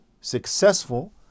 successful